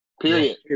Period